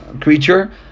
creature